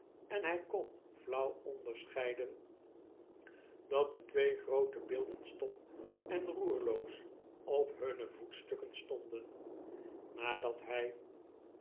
en hj kon flauw onderscheiden dat de twee groote beelden stom en roerloos op hunne voetstukken stonden nadat hi